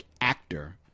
actor